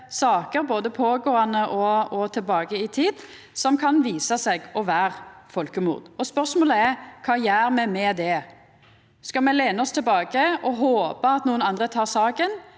saker, både pågåande og tilbake i tid, som kan visa seg å vera folkemord. Spørsmålet er: Kva gjer me med det? Skal me lena oss tilbake og håpa at nokon andre tek saka,